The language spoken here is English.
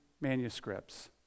manuscripts